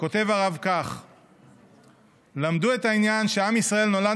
כתב הרב שלמדו את העניין שעם ישראל נולד